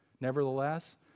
Nevertheless